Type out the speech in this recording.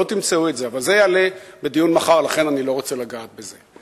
אבל זה יעלה בדיון מחר, לכן אני לא רוצה לגעת בזה.